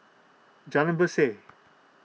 Jalan Berseh